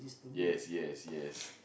yes yes yes